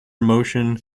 motion